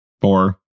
Four